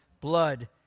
blood